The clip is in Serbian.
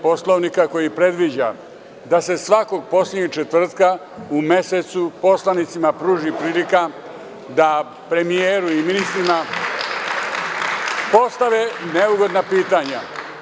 Poslovnika, koji predviđa da se svakog poslednjeg četvrtka u mesecu poslanicima pruži prilika da premijeru i ministrima postave neugodna pitanja.